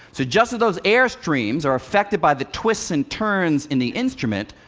so just as those airstreams are affected by the twists and turns in the instrument,